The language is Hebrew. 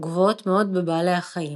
גבוהות מאוד בבעלי החיים.